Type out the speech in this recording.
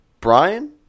Brian